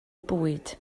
bwyd